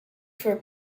for